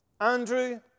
Andrew